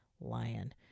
lion